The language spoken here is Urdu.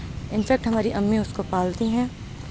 انفیکٹ ہماری امی اس کو پالتی ہیں